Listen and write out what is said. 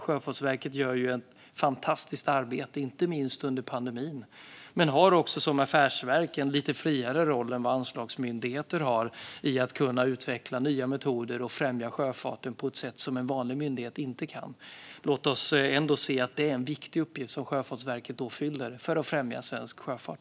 Sjöfartsverket gör ju ett fantastiskt arbete, inte minst under pandemin, men har också som affärsverk en lite friare roll än vad anslagsmyndigheter har i att kunna utveckla nya metoder och främja sjöfarten på ett sätt som en vanlig myndighet inte kan. Låt oss ändå se att det är en viktig uppgift som Sjöfartsverket fyller för att främja svensk sjöfart!